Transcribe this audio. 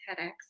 tedx